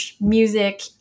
music